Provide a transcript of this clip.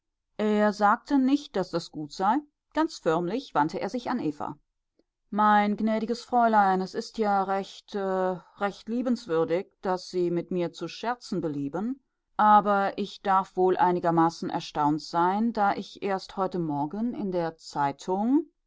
er sagte nicht daß das gut sei ganz förmlich wandte er sich an eva mein gnädiges fräulein es ist ja recht recht liebenswürdig daß sie mit mir zu scherzen belieben aber ich darf wohl einigermaßen erstaunt sein da ich erst heute morgen in der zeitung